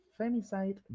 femicide